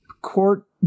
court